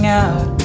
out